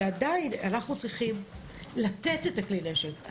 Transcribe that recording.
ועדיין, אנחנו צריכים לתת את כלי הנשק.